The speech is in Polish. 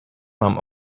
mam